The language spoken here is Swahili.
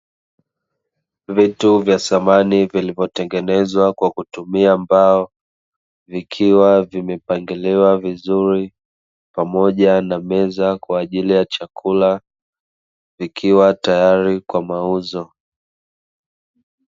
Vitu vya samani vilivyotengenezwa kwa kuumia mbao, vikiwa vimepangiliwa viuri pamoja na meza kwa ajili ya chakula, vikiwa tayari kwa amauzo.